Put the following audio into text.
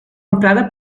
emprada